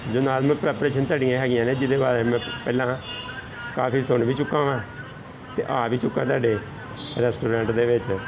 ਜੋ ਨਾਲ ਮੈਂ ਪ੍ਰੈਪਰੇਸ਼ਨ ਤੁਹਾਡੀਆਂ ਹੈਗੀਆਂ ਨੇ ਜਿਹਦੇ ਬਾਰੇ ਮੈਂ ਪਹਿਲਾਂ ਕਾਫ਼ੀ ਸੁਣ ਵੀ ਚੁੱਕਾ ਹਾਂ ਅਤੇ ਆ ਵੀ ਚੁੱਕਾ ਤੁਹਾਡੇ ਰੈਸਟੋਰੈਂਟ ਦੇ ਵਿੱਚ